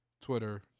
Twitter